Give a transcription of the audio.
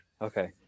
okay